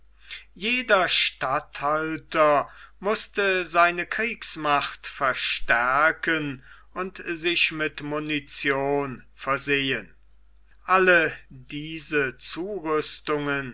jeder statthalter mußte seine kriegsmacht verstärken und sich mit munition versehen alle diese